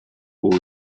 aux